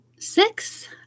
Six